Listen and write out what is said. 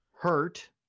hurt